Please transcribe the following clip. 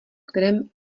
kterém